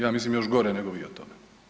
Ja mislim još gore nego vi o tome.